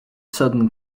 southern